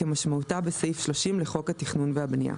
כמשמעותה בסעיף 30 לחוק התכנון והבנייה,